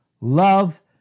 love